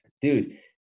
Dude